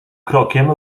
krokiem